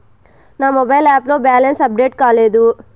నా mobile app లో balance update కాలేదు